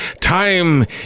Time